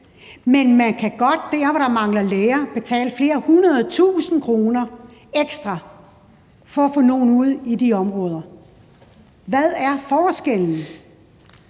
der mangler læger, betale flere hundrede tusinde kroner ekstra for få at få nogle ud i de områder. Hvad er forskellen?